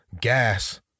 Gas